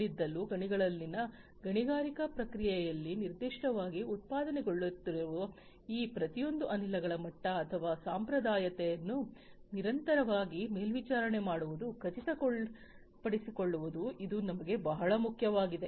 ಕಲ್ಲಿದ್ದಲು ಗಣಿಗಳಲ್ಲಿನ ಗಣಿಗಾರಿಕೆ ಪ್ರಕ್ರಿಯೆಯಲ್ಲಿ ನಿರ್ದಿಷ್ಟವಾಗಿ ಉತ್ಪಾದನೆಗೊಳ್ಳುತ್ತಿರುವ ಈ ಪ್ರತಿಯೊಂದು ಅನಿಲಗಳ ಮಟ್ಟ ಅಥವಾ ಸಾಂದ್ರತೆಯನ್ನು ನಿರಂತರವಾಗಿ ಮೇಲ್ವಿಚಾರಣೆ ಮಾಡುವುದನ್ನು ಖಚಿತಪಡಿಸಿಕೊಳ್ಳಲು ಇದು ನಮಗೆ ಬಹಳ ಮುಖ್ಯವಾಗಿದೆ